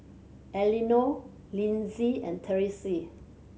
Elenore Linzy and Therese